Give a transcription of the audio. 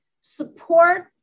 support